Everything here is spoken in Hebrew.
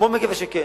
מאוד מקווה שכן.